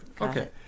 Okay